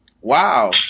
wow